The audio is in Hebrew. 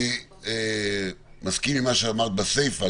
אני מסכים עם מה שאמרת בסיפה,